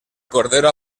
cordero